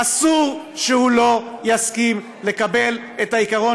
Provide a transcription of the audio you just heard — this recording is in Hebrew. אסור שהוא לא יסכים לקבל את העיקרון